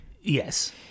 yes